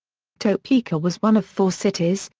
topeka was one of four cities,